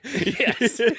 Yes